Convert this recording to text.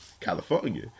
California